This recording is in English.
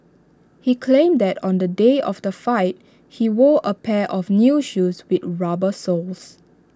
he claimed that on the day of the fight he wore A pair of new shoes with rubber soles